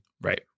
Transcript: Right